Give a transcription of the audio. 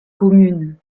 communes